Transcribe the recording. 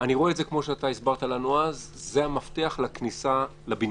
אני רואה את זה כמו שאתה הסברת לנו אז: זה המפתח לכניסה לבניין.